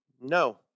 No